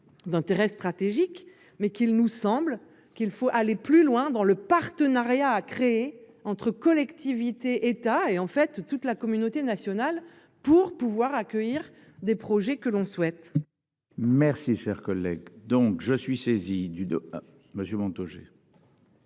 d'intérêt stratégique mais qu'il nous semble qu'il faut aller plus loin dans le partenariat a créé entre collectivités, État et en fait toute la communauté nationale pour pouvoir accueillir des projets que l'on souhaite. Merci cher collègue. Donc je suis saisi du de monsieur Montaugé.